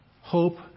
Hope